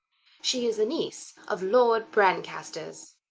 she is a niece of lord brancaster's.